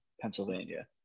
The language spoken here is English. Pennsylvania